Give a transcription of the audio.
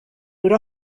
would